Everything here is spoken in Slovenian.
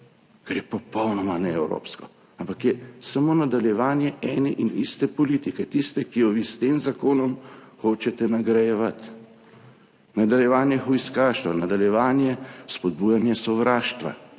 kar je popolnoma neevropsko. Ampak je samo nadaljevanje ene in iste politike, tiste, ki jo vi s tem zakonom hočete nagrajevati. Nadaljevanje hujskaštva, nadaljevanje, spodbujanje sovraštva.